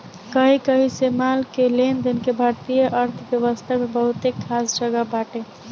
कही कही से माल के लेनदेन के भारतीय अर्थव्यवस्था में बहुते खास जगह बाटे